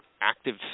active